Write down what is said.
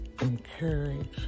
encourage